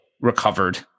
recovered